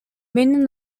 meaning